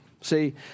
See